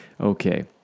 okay